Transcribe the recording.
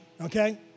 okay